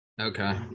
Okay